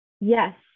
Yes